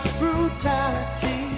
brutality